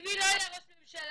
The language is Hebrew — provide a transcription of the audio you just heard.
ביבי לא יהיה ראש ממשלה,